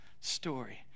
story